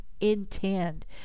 intend